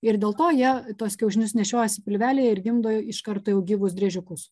ir dėl to jie tuos kiaušinius nešiojasi pilvelyje ir gimdo iš karto jau gyvus driežiukus